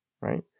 right